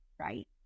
Right